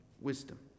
wisdom